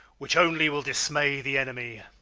which only will dismay the enemy.